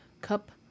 Cup